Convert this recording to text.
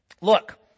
look